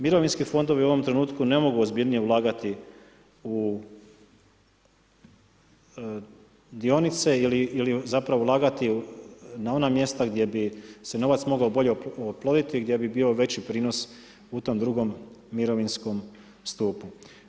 Mirovinski fondovi u ovom trenutku ne mogu ozbiljnije ulagati u dionice ili zapravo ulagati na ona mjesta gdje bi se novac mogao bolje oploditi, gdje bi bio veći prinos u tom drugom mirovinskom stupu.